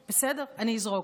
בסדר, אני אזרוק.